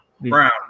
Brown